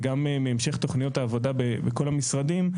וגם מהמשך תכניות העבודה בכל המשרדים,